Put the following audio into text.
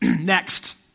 Next